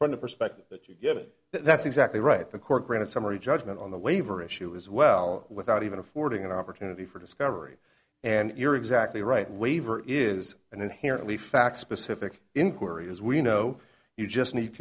from the perspective that you get that's exactly right the court granted summary judgment on the waiver issue as well and without even affording an opportunity for discovery and you're exactly right waiver is an inherently fact specific inquiry as we know you just need